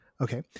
Okay